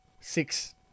Six